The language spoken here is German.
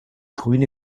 grüne